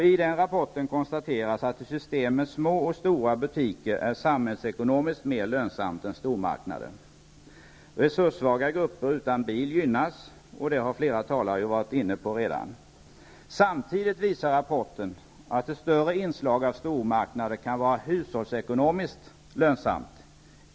I rapporten konstateras att ett system med små och stora butiker är samhällsekonomiskt mer lönsamt än stormarknader. Resurssvaga grupper utan bil gynnas, och det har flera tidigare talare varit inne på. Samtidigt visar rapporten att ett större inslag av stormarknader kan vara hushållsekonomiskt lönsamt.